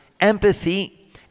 empathy